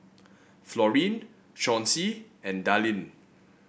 Florine Chauncy and Dallin